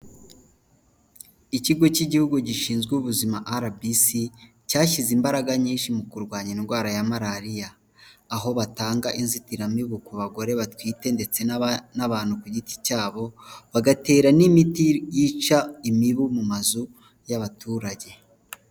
Ikigo cy'igihugu gishinzwe ubuzima RBC cyashyize imbaraga nyinshi mu kurwanya indwara ya malariya, aho batanga inzitiramibu ku bagore batwite ndetse n'abantu ku giti cyabo, bagatera n'imiti yica imibu mu mazu y'abaturage.